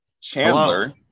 Chandler